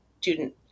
student